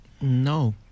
No